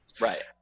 Right